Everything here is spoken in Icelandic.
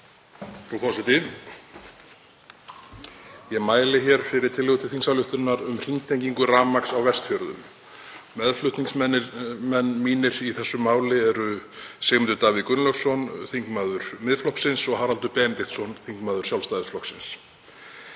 Frú forseti. Ég mæli hér fyrir tillögu til þingsályktunar um hringtengingu rafmagns á Vestfjörðum. Meðflutningsmenn mínir í þessu máli eru Sigmundur Davíð Gunnlaugsson, þingmaður Miðflokksins, og Haraldur Benediktsson, þingmaður Sjálfstæðisflokksins.